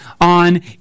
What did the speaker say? on